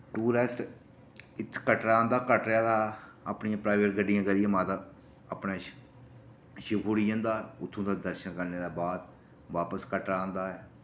tourist इत्थे कटरे आंदा कटरे दा अपनी प्राइवेट गड्डियां करियै माता अपने श शिव खोड़ी जंदा उत्थों दा दर्शन करने दे बाद बापस कटरै आंदा ऐ